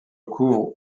couvre